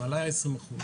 מעלה 20%,